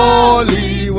Holy